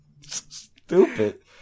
Stupid